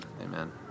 Amen